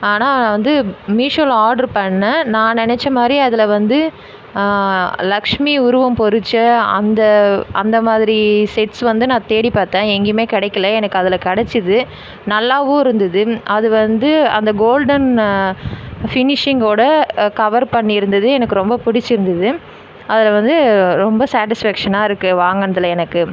ஆனால் வந்து மீஷோவில ஆர்டர் பண்ணேன் நான் நினச்ச மாதிரி அதில் வந்து லக்ஷ்மி உருவம் பொறித்த அந்த அந்த மாதிரி செட்ஸ் வந்து நான் தேடிப்பார்த்தேன் எங்கையுமே கிடைக்கல எனக்கு அதில் கிடச்சிது நல்லாவும் இருந்துது அது வந்து அந்த கோல்டன் ஃபினிஷிங்கோட கவர் பண்ணியிருந்தது எனக்கு ரொம்ப பிடிச்சிருந்தது அதில் வந்து ரொம்ப சேட்டிஸ்ஃபேக்ஷனாக இருக்கு வாங்கனதுல எனக்கு